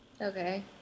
okay